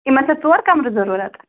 یِمَن چھا ژور کَمرٕ ضروٗرَت